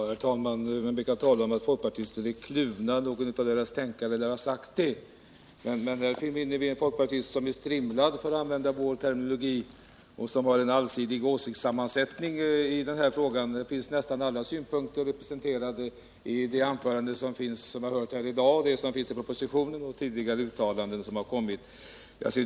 Herr talman! Man brukar tala om att folkpartister är kluvna. Någon av deras tänkare lär ha sagt så. Men här finner man en folkpartist som är strimlad, för att använda vår terminologi, och som har en allsidig åsiktssammansättning i denna fråga. Nästan alla synpunkter finns representerade i det anförande som Birgit Friggebo har hållit i dag, i det som anförts i propositionen och i tidigare uttalanden.